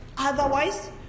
Otherwise